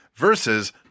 Versus